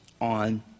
on